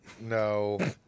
No